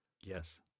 Yes